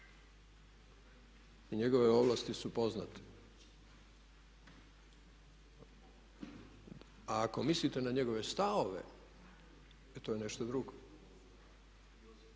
i njegove ovlasti su poznate a ako mislite na njegove stavove, e to je nešto drugo.